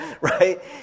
right